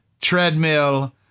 treadmill